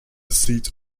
seat